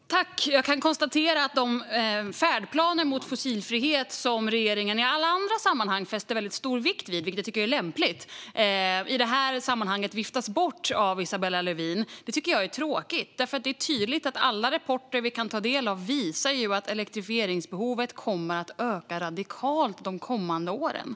Fru talman! Jag kan konstatera att de färdplaner för fossilfrihet som regeringen i alla andra sammanhang fäster väldigt stor vikt vid, vilket jag tycker är lämpligt, i det här sammanhanget viftas bort av Isabella Lövin. Det tycker jag är tråkigt, för det är tydligt att alla rapporter vi kan ta del av visar att elbehovet kommer att öka radikalt de kommande åren.